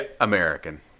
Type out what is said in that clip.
american